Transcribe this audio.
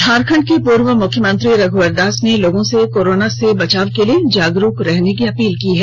झारखंड के पूर्व मुख्यमंत्री रघ्वर दास ने लोगों से कोरोना से बचाव के लिए जागरूक रहने की अपील की है